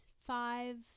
five